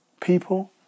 people